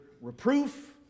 reproof